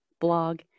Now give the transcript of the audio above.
blog